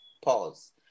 pause